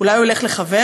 אולי הוא ילך לחבר?